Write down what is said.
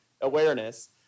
awareness